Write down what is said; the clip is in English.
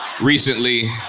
Recently